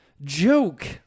joke